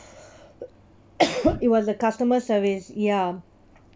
it was the customer service ya